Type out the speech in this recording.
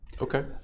Okay